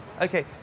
Okay